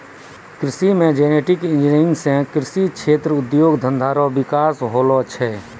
कृषि मे genetic engineer से कृषि क्षेत्र उद्योग धंधा रो विकास होलो छै